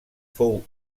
fou